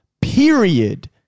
period